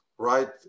right